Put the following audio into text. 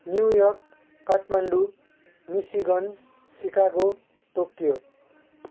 New York Kathmandu Michigan Chicago Tokyo